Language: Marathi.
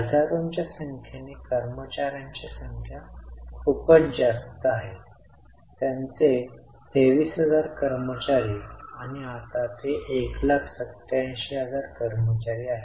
हजारोंच्या संख्येने कर्मचार्यांची संख्या खूपच जास्त आहे त्याचे 23000 कर्मचारी आणि आता ते 187000 कर्मचारी आहेत